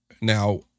Now